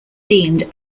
deemed